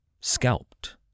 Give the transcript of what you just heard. scalped